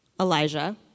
Elijah